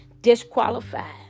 disqualified